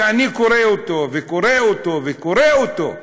כשאני קורא אותו וקורא אותו וקורא אותו,